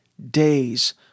Days